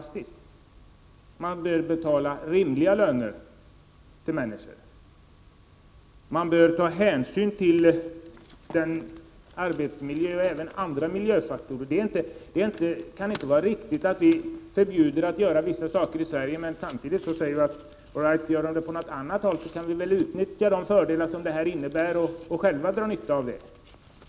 Rimliga löner bör betalas till människor, och hänsyn bör tas till arbetsmiljö och andra miljöfaktorer. Det kan inte vara riktigt att vi i Sverige förbjuds att göra vissa saker samtidigt som man säger att vi kan ha nytta av sakerna, om de görs på något annat håll i världen.